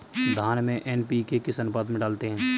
धान में एन.पी.के किस अनुपात में डालते हैं?